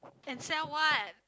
and sell what